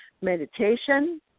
meditation